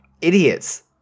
idiots